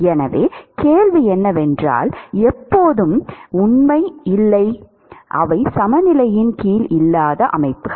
எனவே கேள்வி என்னவென்றால் எப்போதும் உண்மை இல்லை அவை சமநிலையின் கீழ் இல்லாத அமைப்புகள்